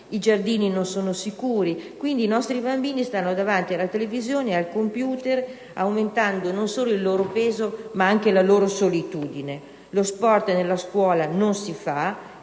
i giardini non sono sicuri. Quindi, i nostri bambini passano il tempo davanti alla televisione e al computer, aumentando non solo il loro peso, ma anche la loro solitudine. Lo sport nella scuola non si fa,